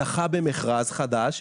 זכה במכרז חדש,